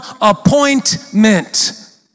appointment